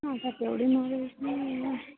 हा सर तेवढं नाही आहे